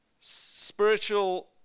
spiritual